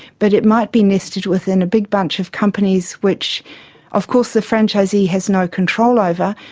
but it might be nested within a big bunch of companies which of course the franchisee has no control over,